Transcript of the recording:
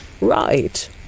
Right